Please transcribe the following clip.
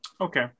Okay